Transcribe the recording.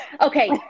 okay